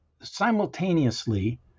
simultaneously